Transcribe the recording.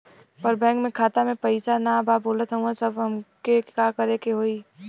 पर बैंक मे खाता मे पयीसा ना बा बोलत हउँव तब हमके का करे के होहीं?